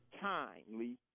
timely